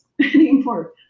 anymore